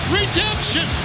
redemption